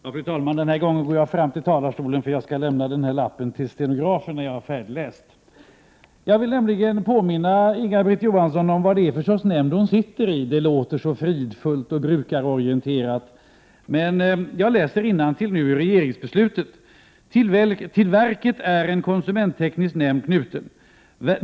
Fru talman! Den här gången går jag fram till talarstolen, för jag skall efter inlägget lämna ett papper till stenografen. Jag vill påminna Inga-Britt Johansson om vad det är för sorts nämnd hon sitter i. Det låter så fridfullt och brukarorienterat, men jag skall läsa innantill ur regeringsbeslutet: ”Till verket är en konsumentteknisk nämnd knuten.